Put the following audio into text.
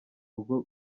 rugo